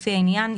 לפי העניין,